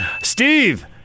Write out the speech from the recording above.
Steve